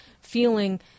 feeling